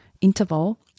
interval